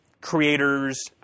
creators